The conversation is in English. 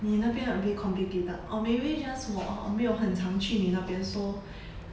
你那边 a bit complicated or maybe just 我没有很常去你那边 so